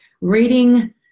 reading